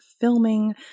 filming